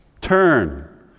Turn